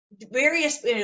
Various